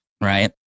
right